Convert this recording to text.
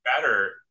better